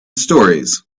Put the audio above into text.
storeys